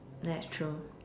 that's true